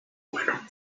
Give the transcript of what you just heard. bueno